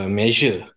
measure